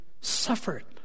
suffered